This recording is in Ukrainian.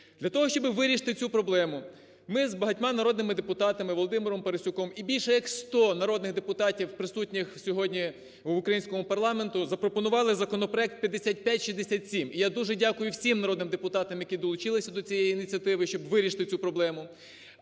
Для того, щоб вирішити цю проблему ми з багатьма народними депутатами – Володимиром Парасюком і більше як сто народних 100 народних депутатів, присутніх сьогодні в українському парламенті – запропонували законопроект 5567. І я дуже дякую всім народним депутатам, які долучилися до цієї ініціативи, щоб вирішити цю проблему.